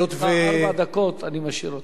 נותרו ארבע דקות, אני משאיר אותן.